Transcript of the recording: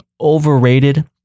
overrated